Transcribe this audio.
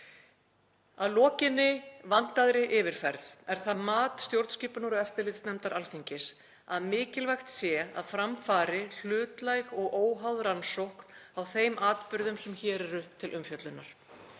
Að lokinni vandaðri yfirferð er það mat stjórnskipunar- og eftirlitsnefndar Alþingis að mikilvægt sé að fram fari hlutlæg og óháð rannsókn á þeim atburðum sem hér eru til umfjöllunar.